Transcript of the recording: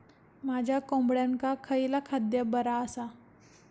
माझ्या कोंबड्यांका खयला खाद्य बरा आसा?